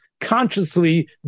consciously